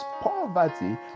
poverty